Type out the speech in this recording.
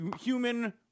human